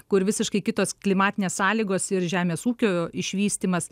kur visiškai kitos klimatinės sąlygos ir žemės ūkio išvystymas